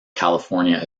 california